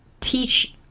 teach